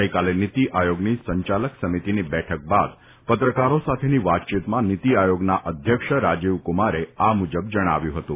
ગઇકાલે નીતિ આયોગની સંચાલન સમિતીની બેઠક બાદ પત્રકારો સાથેની વાતચીતમાં નીતિઆયોગના અધ્યક્ષ રાજીવકુમારે આ મુજબ જણાવ્યું હતું